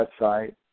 website